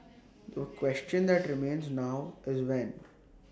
the question that remains now is when